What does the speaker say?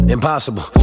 Impossible